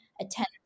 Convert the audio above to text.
attend